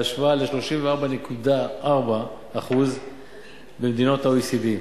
בהשוואה ל-32.4% במדינות ה-OECD.